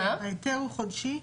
ההיתר הוא לא חודשי,